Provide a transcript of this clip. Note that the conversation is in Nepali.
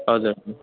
हजुर